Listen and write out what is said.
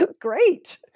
Great